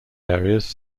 areas